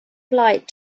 flight